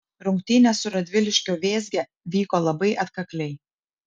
rungtynės su radviliškio vėzge vyko labai atkakliai